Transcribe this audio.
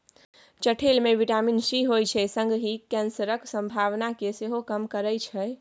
चठेल मे vitamin C होइ छै संगहि कैंसरक संभावना केँ सेहो कम करय छै